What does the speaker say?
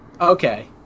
Okay